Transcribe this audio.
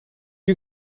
you